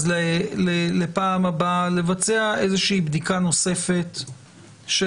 אז לפעם הבאה לבצע בדיקה נוספת של